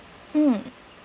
mm